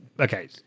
Okay